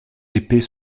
épées